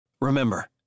remember